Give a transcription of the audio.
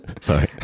Sorry